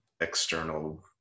external